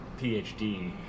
PhD